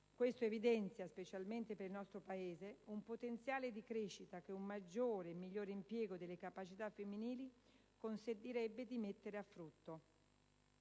Questo evidenzia, specialmente per il nostro Paese, un potenziale di crescita che un maggiore e migliore impiego delle capacità femminili consentirebbe di mettere a frutto.